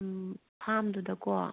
ꯐꯥꯝꯗꯨꯗꯀꯣ